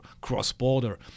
cross-border